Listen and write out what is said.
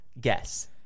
Guess